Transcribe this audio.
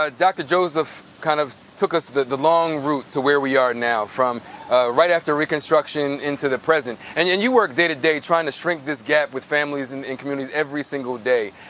ah dr. joseph kind of took us the the long route to where we are now, from right after reconstruction into the present. and and you work day to day tryin' to shrink this gap with families and and communities every single day.